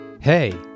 Hey